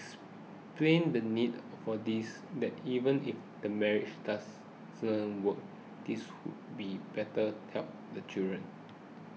the need for this that even if the marriage doesn't work this could be better help the child